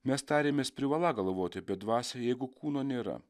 mes tariamės privalą galvoti apie dvasią jeigu kūno nėra